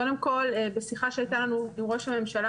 קודם כל בשיחה שהייתה לנו עם ראש הממשלה